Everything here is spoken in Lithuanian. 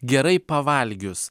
gerai pavalgius